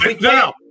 No